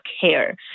care